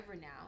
now